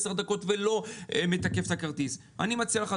עשר דקות ולא מתקף את הכרטיס אני מציע לך,